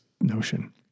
notion